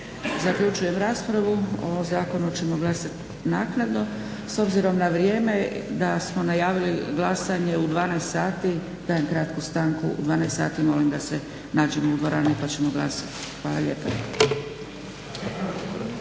Zaključujem raspravu. O ovom zakonu ćemo glasati naknadno. S obzirom na vrijeme da smo najavili glasanje u 12 sati dajem kratku stanku. U 12 sati molim da se nađemo u dvorani pa ćemo glasati. Hvala lijepa.